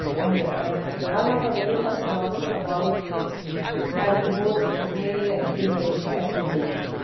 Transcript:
and the and the one of the very first novels about having both male and female attributes.